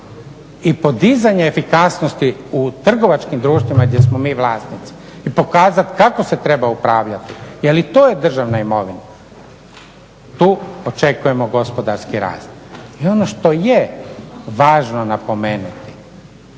i podizanja efikasnosti u trgovačkim društvima gdje smo mi vlasnici i pokazati kako se treba upravljati jer i to je državna imovina. Tu očekujemo gospodarski rast. I ono što je važno napomenuti,